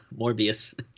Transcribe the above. Morbius